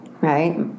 right